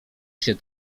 się